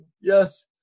yes